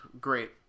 Great